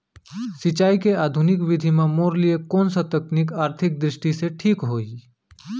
सिंचाई के आधुनिक विधि म मोर लिए कोन स तकनीक आर्थिक दृष्टि से ठीक होही?